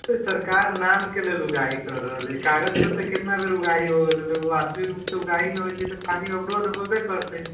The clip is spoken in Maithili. सरकार नामके लेल उड़ाही कऽ रहलै अय कागत पर तऽ केतना बेर उड़ाही हो गेलै आखिर उड़ाही न होइ छै तऽ पानी अवरोध होबे करतै